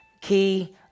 key